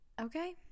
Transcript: Okay